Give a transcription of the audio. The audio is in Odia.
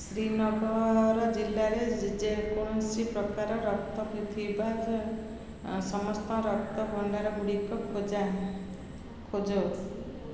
ଶ୍ରୀନଗର ଜିଲ୍ଲାରେ ଯେ କୌଣସି ପ୍ରକାର ରକ୍ତ ଥିବା ସମସ୍ତ ରକ୍ତଭଣ୍ଡାର ଗୁଡ଼ିକ ଖୋଜା ଖୋଜ